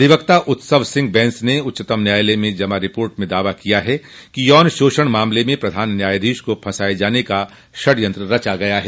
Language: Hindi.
अधिवक्ता उत्सव सिंह बैन्स ने उच्चतम न्यायालय में जमा रिपोर्ट में दावा किया है कि यौन शोषण मामले में प्रधान न्यायाधीश को फंसाये जाने का षड़यंत्र रचा गया है